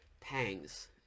pangs